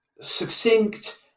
succinct